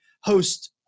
host